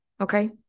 okay